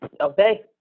Okay